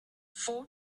four